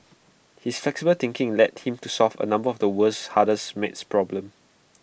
his flexible thinking led him to solve A number of the world's hardest math problems